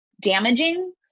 damaging